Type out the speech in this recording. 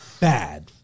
bad